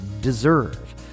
deserve